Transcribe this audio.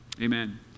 Amen